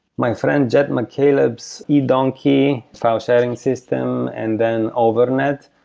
my friend jed mccaleb's edonkey file sharing system and then overnet.